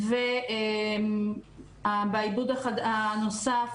בעידוד הנוסף,